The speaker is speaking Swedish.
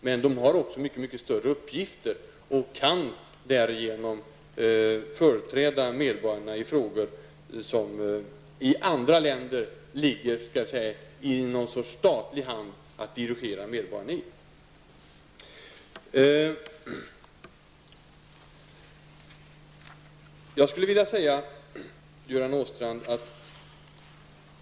Men de har också mycket större uppgifter och kan därigenom företräda medborgarna i frågor som i andra länder ligger under ett statligt ansvar.